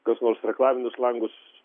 kas nors reklaminius langus